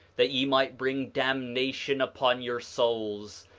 that ye might bring damnation upon your souls?